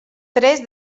tres